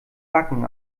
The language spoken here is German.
backen